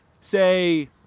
say